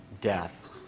death